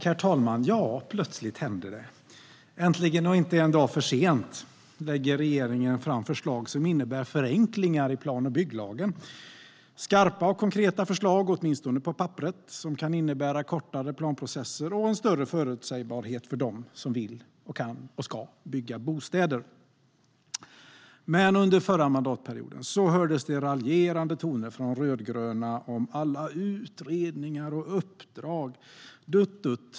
Herr talman! Ja, plötsligt händer det! Äntligen - inte en dag för sent - lägger regeringen fram förslag som innebär förenklingar i plan och bygglagen. Det är skarpa och konkreta förslag, åtminstone på papperet, som kan innebära kortare planprocesser och en större förutsägbarhet för dem som vill, kan och ska bygga bostäder. Men under förra mandatperioden hördes det raljerande toner från de rödgröna om alla utredningar och uppdrag - dutt, dutt.